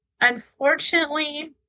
unfortunately